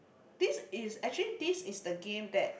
this is actually this is the game that